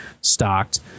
stocked